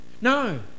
No